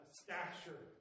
stature